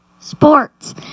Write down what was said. sports